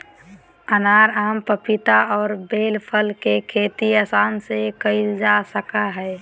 अनार, आम, पपीता और बेल फल के खेती आसानी से कइल जा सकय हइ